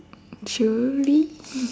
surely